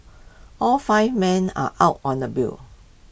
all five men are out on the bail